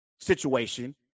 situation